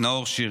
נאור שירי.